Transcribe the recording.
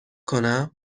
کنم